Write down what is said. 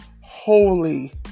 holy